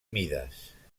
mides